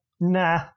nah